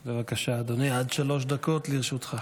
בבקשה, אדוני, עד שלוש דקות לרשותך.